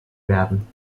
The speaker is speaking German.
werden